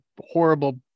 horrible